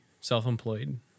self-employed